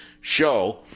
show